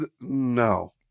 no